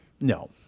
No